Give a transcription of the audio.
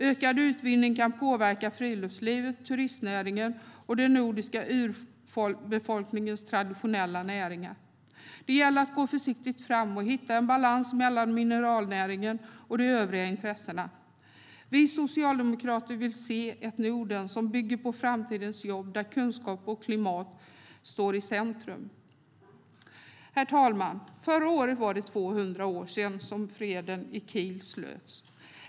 Ökad utvinning kan påverka friluftslivet, turistnäringen och den nordiska urbefolkningens traditionella näringar. Det gäller att gå försiktigt fram och hitta en balans mellan mineralnäringen och de övriga intressena. Vi socialdemokrater vill se ett Norden som bygger på framtidens jobb och där kunskap och klimat står i centrum. Herr talman! Förra året var det 200 år sedan freden i Kiel slöts.